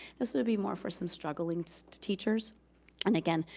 this would be more for some struggling teachers and again,